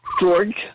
George